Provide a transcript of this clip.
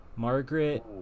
Margaret